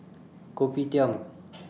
Kopitiam